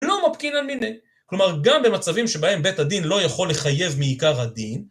לא מפקיר על מיני. כלומר, גם במצבים שבהם בית הדין לא יכול לחייב מעיקר הדין,